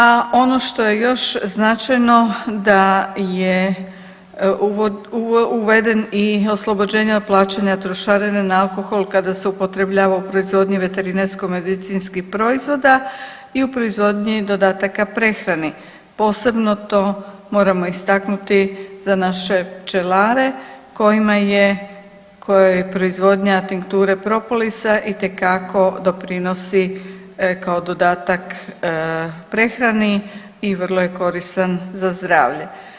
A ono što je još značajno da je uveden i oslobođenje od plaćanja trošarine na alkohol kada se upotrebljava u proizvodnji veterinarsko medicinskih proizvoda i u proizvodnji dodataka prehrani, posebno to moramo istaknuti za naše pčelare kojima proizvodnja tinkture propolisa itekako doprinosi kao dodatak prehrani i vrlo je koristan za zdravlje.